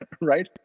right